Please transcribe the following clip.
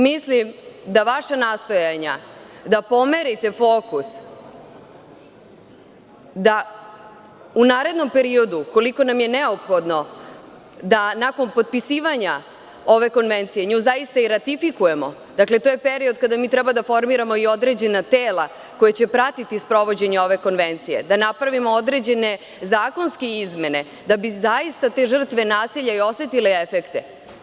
Mislim da vaša nastojanja da pomerite fokus da u narednom periodu, koliko nam je neophodno, da nakon potpisivanja ove konvencije nju zaista ratifikujemo, to je period kada mi treba da formiramo određena tela koja će pratiti sprovođenje ove konvencije, da napravimo određene zakonske izmene kako bi te žrtve nasilja osetile efekte.